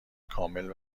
کامل